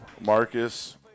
Marcus